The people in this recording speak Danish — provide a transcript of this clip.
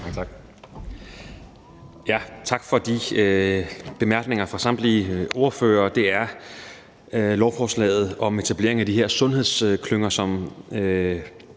tak for de bemærkninger fra samtlige ordførere. Det er lovforslaget om etablering af de her sundhedsklynger og